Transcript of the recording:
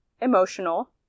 emotional